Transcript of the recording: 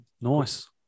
Nice